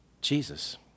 Jesus